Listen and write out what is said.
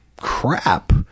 crap